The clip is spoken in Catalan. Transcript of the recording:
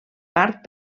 part